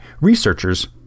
Researchers